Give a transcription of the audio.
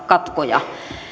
katkoja